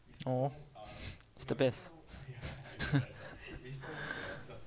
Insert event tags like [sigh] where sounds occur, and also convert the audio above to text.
oh [breath] it's the best [laughs]